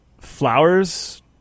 Flowers